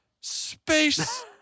space